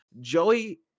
Joey